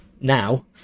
now